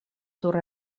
sur